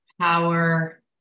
power